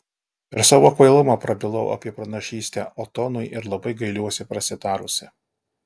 per savo kvailumą prabilau apie pranašystę otonui ir labai gailiuosi prasitarusi